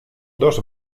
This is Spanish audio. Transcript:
dos